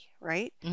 right